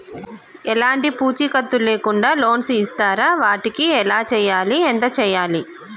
ఎలాంటి పూచీకత్తు లేకుండా లోన్స్ ఇస్తారా వాటికి ఎలా చేయాలి ఎంత చేయాలి?